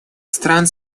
стран